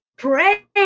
Pray